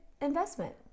investment